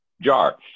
jar